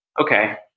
okay